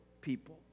people